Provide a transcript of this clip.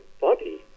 body